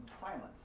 silence